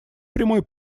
прямой